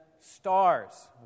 stars